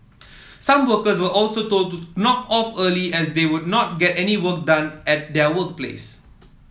some workers were also told to knock off early as they would not get any work done at their workplace